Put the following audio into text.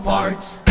Parts